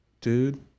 dude